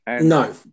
No